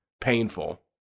painful